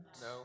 No